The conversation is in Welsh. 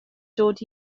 dod